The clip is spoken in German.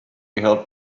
gehört